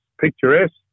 picturesque